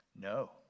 no